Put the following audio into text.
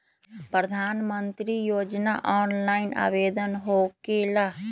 प्रधानमंत्री योजना ऑनलाइन आवेदन होकेला?